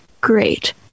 great